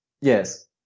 Yes